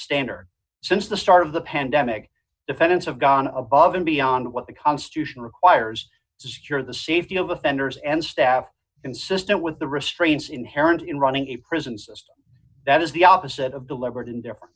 standard since the start of the pandemic defendants have gone above and beyond what the constitution requires to secure the safety of offenders and staff consistent with the restraints inherent in running a prison system that is the opposite of deliberate indifferen